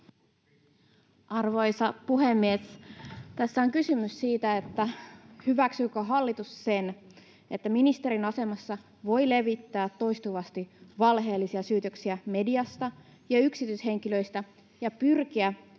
Arvoisa puhemies! Tässä on kysymys siitä, hyväksyykö hallitus sen, että ministerin asemassa voi levittää toistuvasti valheellisia syytöksiä mediasta ja yksityishenkilöistä ja pyrkiä masinoimalla